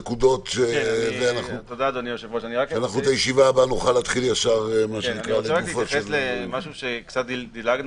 נקודות שנוכל להתחיל את הישיבה הבאה ישר לגופו של עניין.